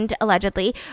allegedly